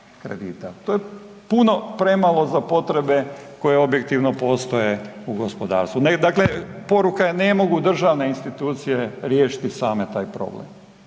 to je puno premalo za potrebe koje objektivno postoje u gospodarstvu. Dakle, poruka je ne mogu državne institucije riješiti same taj problem.